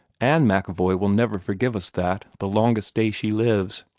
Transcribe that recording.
ann macevoy will never forgive us that, the longest day she lives.